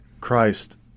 Christ